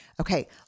Okay